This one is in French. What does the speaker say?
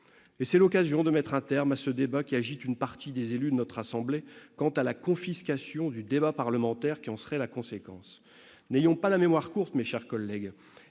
donne l'occasion de mettre un terme au débat qui agite une partie des élus de notre assemblée quant à la confiscation du débat parlementaire qui en serait la conséquence. N'ayons pas la mémoire courte, mes chers collègues.